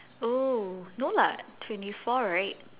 oh no lah twenty four right